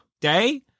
day